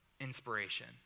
inspiration